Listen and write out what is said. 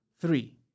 three